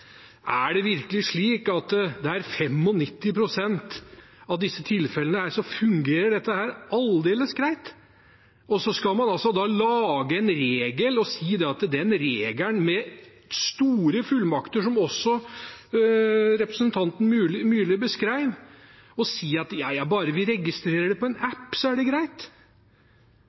Er det virkelig slik, når det i 95 pst. av tilfellene fungerer aldeles greit, at man skal lage en regel med store fullmakter, som også representanten Myrli beskrev, og si at bare vi registrerer det på en app er det greit?